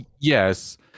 yes